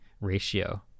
ratio